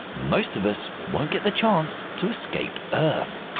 most of us won't get the chance to escape earth.